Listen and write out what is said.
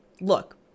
look